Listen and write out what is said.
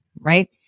right